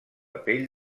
pell